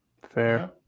Fair